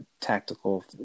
tactical